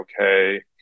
okay